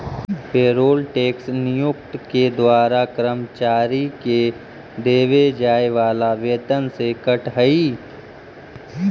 payroll tax नियोक्ता के द्वारा कर्मचारि के देवे जाए वाला वेतन से कटऽ हई